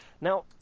Now